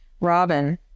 Robin